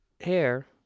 hair